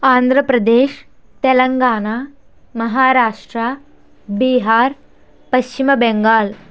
Andhra Pradesh Telangana Maharashtra Bihar Paschim Bengal